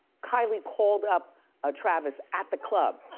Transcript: kylie called up ah travis at the club.